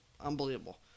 Unbelievable